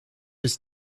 his